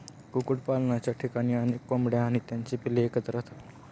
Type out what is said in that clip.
कुक्कुटपालनाच्या ठिकाणी अनेक कोंबड्या आणि त्यांची पिल्ले एकत्र राहतात